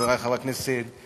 חברי חברי הכנסת,